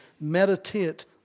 meditate